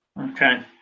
okay